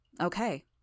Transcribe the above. Okay